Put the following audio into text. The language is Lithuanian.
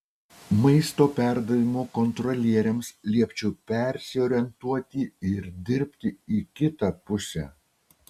maisto perdavimo kontrolieriams liepčiau persiorientuoti ir dirbti į kitą pusę